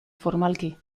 formalki